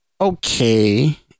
okay